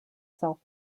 self